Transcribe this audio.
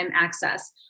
access